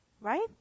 Right